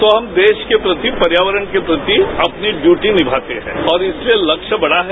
तो हम देश के प्रति पर्यावरण के प्रति अपनी डयूटी निमाते हैं और इसलिए लक्ष्य बड़ा है